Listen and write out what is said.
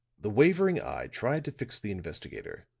the wavering eye tried to fix the investigator,